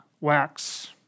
wax